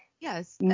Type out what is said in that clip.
yes